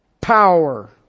power